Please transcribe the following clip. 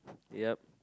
yep